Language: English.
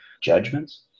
judgments